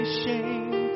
shame